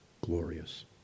glorious